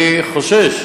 אני חושש